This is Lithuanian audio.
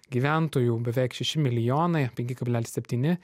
gyventojų beveik šeši milijonai penki kablelis septyni